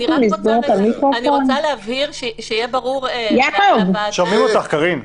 אני רוצה להבהיר כדי שיהיה ברור ------ לסגור את המיקרופון.